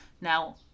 Now